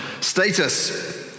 status